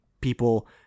people